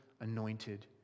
anointed